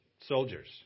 soldiers